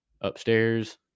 upstairs